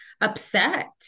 upset